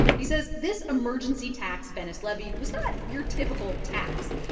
he says this emergency tax venice levied was not your typical tax.